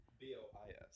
B-O-I-S